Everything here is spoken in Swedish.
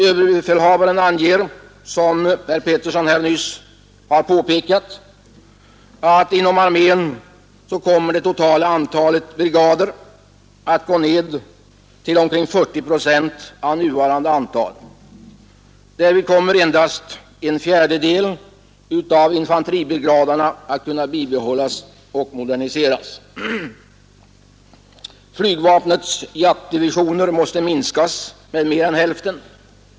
Överbefälhavaren anger — som herr Petersson i Gäddvik också har påpekat — att inom armén kommer det totala antalet brigader att gå ned till omkring 40 procent av nuvarande antal. Därvid kommer endast en fjärdedel av infanteribrigaderna att kunna bibehållas och moderniseras. Flygvapnets jaktdivisioner måste minskas med mer än hälften.